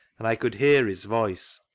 and i could hear his voice,